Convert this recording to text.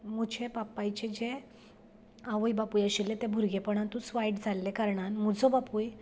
म्हज्या बापायचे जे आवय बापूय आशिल्ले ते भुरगेपणांतूच वायट जाल्ले कारणान म्हुजो बापूय